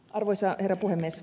arvoisa herra puhemies